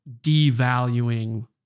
devaluing